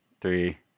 three